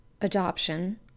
adoption